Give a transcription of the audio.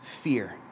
fear